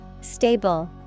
Stable